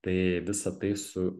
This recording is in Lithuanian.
tai visa tai su